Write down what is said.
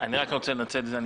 אני רוצה לומר תודה רבה.